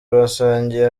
basangiye